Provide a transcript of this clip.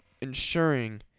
ensuring